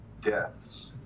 deaths